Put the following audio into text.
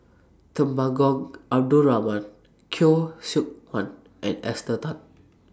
Temenggong Abdul Rahman Khoo Seok Wan and Esther Tan